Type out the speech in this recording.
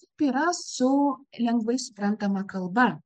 taip yra su lengvai suprantama kalba